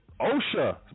OSHA